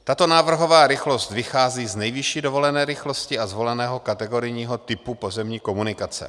Tato návrhová rychlost vychází z nejvyšší dovolené rychlosti a zvoleného kategorijního typu pozemní komunikace.